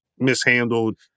mishandled